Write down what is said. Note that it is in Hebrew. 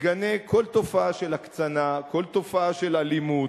מגנה כל תופעה של הקצנה, כל תופעה של אלימות,